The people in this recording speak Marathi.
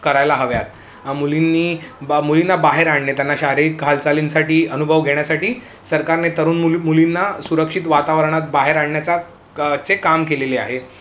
करायला हव्यात मुलींनी बा मुलींना बाहेर आण त्यांना शारीरिक हालचालींसाठी अनुभव घेण्यासाठी सरकारने तरुण मुली मुलींना सुरक्षित वातावरणात बाहेर आणण्याचा काम केलेले आहे